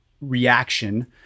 reaction